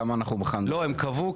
למה בכלל אנחנו --- הם קבעו,